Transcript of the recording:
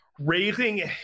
raising